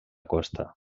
costa